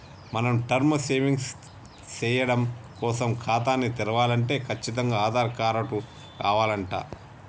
మనం term savings సేయడం కోసం ఖాతాని తెరవలంటే కచ్చితంగా ఆధార్ కారటు కావాలంట